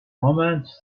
omens